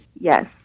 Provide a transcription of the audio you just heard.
Yes